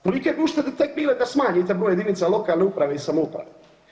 Kolike bi uštede tek bile da smanjite broj jedinice lokalne uprave i samouprave.